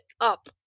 up